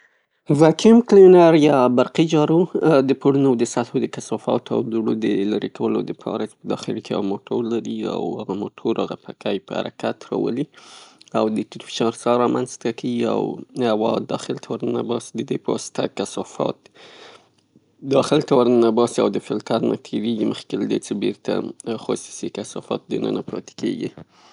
واکیووم کلینر یا برقي جارو د کورونو د سطحو د کثافاتو او دوړو د لیرې کولو د پاره. داخل کې یو موتور لري، او هغه موتور هغه پکه یې په حرکت راولي، او فشار رامنځته کیی او هوا داخل ته ورننباسي او د دې پواسطه کثافات داخل ته ورننباسي او د فلتر نه تیریږي مخکې له دېنه څې کثافات بیرته خوسي سي، کثافات دننه پاتې کيږي.